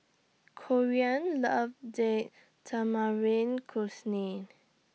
Corean loves Date Tamarind Chutney